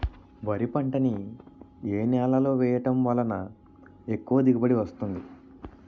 వరి పంట ని ఏ నేలలో వేయటం వలన ఎక్కువ దిగుబడి వస్తుంది?